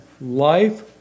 life